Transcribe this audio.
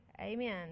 amen